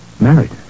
Married